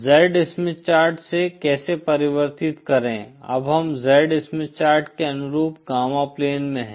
Z Smith chart से कैसे परिवर्तित करें अब हम Z स्मिथ चार्ट के अनुरूप गामा प्लेन में हैं